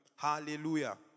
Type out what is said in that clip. Hallelujah